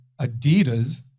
Adidas